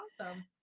awesome